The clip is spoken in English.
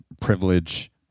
privilege